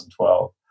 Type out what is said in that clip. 2012